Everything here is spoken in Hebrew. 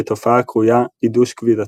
בתופעה הקרויה עידוש כבידתי,